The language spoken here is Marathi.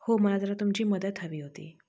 हो मला जरा तुमची मदत हवी होती